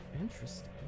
Interesting